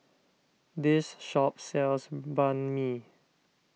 this shop sells Banh Mi